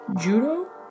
Judo